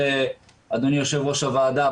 אדוני יושב-ראש הוועדה,